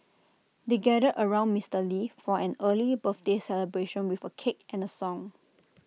they gathered around Mister lee for an early birthday celebration with A cake and A song